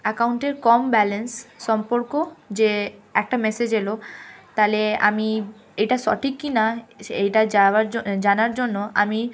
অ্যাকাউন্টের কম ব্যালেন্স সম্পর্কে যে একটা মেসেজ এলো তাহলে আমি এটা সঠিক কি না এটা যাওয়ার জন্য জানার জন্য আমি